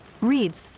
reads